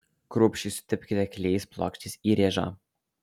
kruopščiai sutepkite klijais plokštės įrėžą